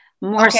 more